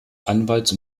anwalts